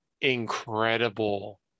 incredible